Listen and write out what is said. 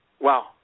Wow